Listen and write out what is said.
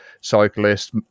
cyclists